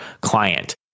client